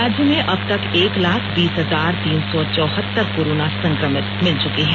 राज्य में अबतक एक लाख बीस हजार तीन सौ चौहतर कोरोना संक्रमित मिले चुके हैं